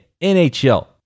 NHL